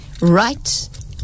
right